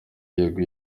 yego